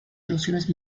alusiones